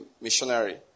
missionary